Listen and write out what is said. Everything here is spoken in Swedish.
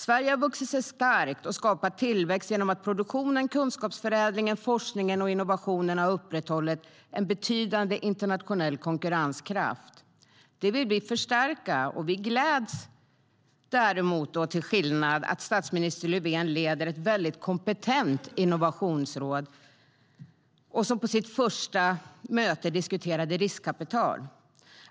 Sverige har vuxit sig starkt och skapat tillväxt genom att produktionen, kunskapsförädlingen, forskningen och innovationerna har upprätthållit en betydande internationell konkurrenskraft. Det vill vi förstärka, och vi gläds, till skillnad från andra, åt att statsminister Löfven leder ett mycket kompetent innovationsråd som på sitt första möte diskuterade riskkapital.